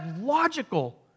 logical